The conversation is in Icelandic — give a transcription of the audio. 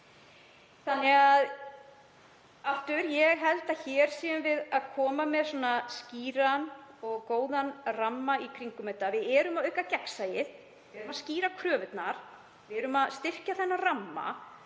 þjónustunnar. Ég held að hér séum við að koma með skýran og góðan ramma í kringum þetta. Við erum að auka gegnsæið, við erum að skýra kröfurnar, við erum að styrkja þennan ramma.